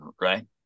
right